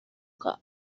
کار